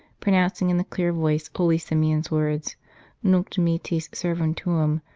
pronouncing in a clear voice holy simeon s words nunc dimittis servum tuum,